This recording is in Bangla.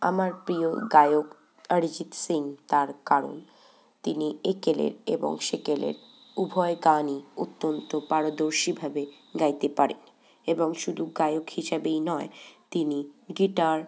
আমার প্রিয় গায়ক অরিজিৎ সিং তার কারণ তিনি একেলের এবং সেকেলের উভয় গানই অত্যন্ত পারদর্শিভাবে গাইতে পারে এবং শুধু গায়ক হিসাবেই নয় তিনি গিটার